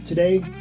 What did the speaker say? Today